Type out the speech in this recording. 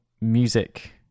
music